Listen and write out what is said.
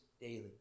daily